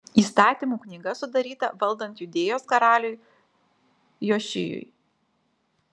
įstatymų knyga sudaryta valdant judėjos karaliui jošijui